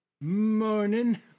morning